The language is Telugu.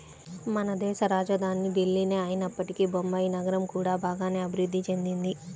మనదేశ రాజధాని ఢిల్లీనే అయినప్పటికీ బొంబాయి నగరం కూడా బాగానే అభిరుద్ధి చెందింది